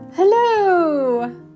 Hello